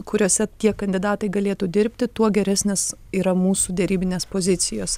kuriuose tie kandidatai galėtų dirbt tuo geresnės yra mūsų derybinės pozicijos